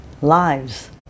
lives